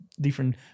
different